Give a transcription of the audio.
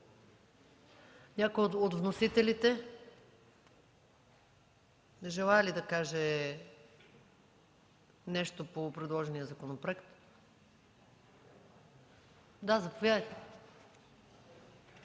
Някой от вносителите желае ли да каже нещо по предложения законопроект? Не желаете.